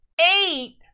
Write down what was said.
eight